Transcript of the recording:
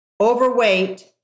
overweight